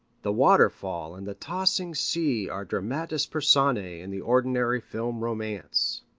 the waterfall and the tossing sea are dramatis personae in the ordinary film romance.